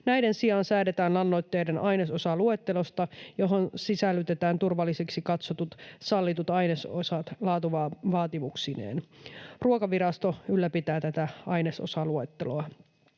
Näiden sijaan säädetään lannoitteiden ainesosaluettelosta, johon sisällytetään turvallisiksi katsotut sallitut ainesosat laatuvaatimuksineen. Ruokavirasto ylläpitää tätä ainesosaluetteloa.